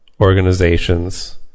organizations